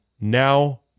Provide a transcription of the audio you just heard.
now